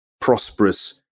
prosperous